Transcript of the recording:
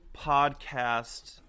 podcast